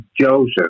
Joseph